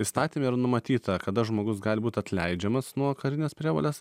įstatyme yra numatyta kada žmogus gali būt atleidžiamas nuo karinės prievolės